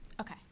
Okay